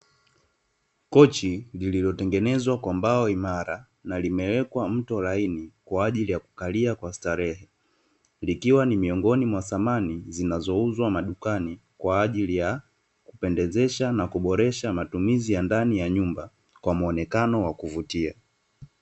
Kochi lililotengenezwa kwa mbao imara, na limewekwa mto laini kwa ajili ya kukalia kwa starehe. Likiwa ni miongoni mwa samani zinazouzwa madukani, kwa aijili ya kupendezesha na kuboresha matumizi ya ndani ya nyumba, kwa muonekano wa kuvutia.